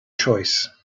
choice